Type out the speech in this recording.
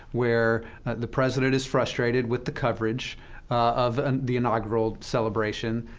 where the president is frustrated with the coverage of the inaugural celebration.